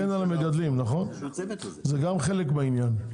גם להגן על המגדלים זה חלק מהעניין.